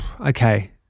okay